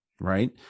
Right